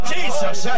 Jesus